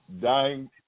dying